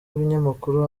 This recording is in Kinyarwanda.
ibinyamakuru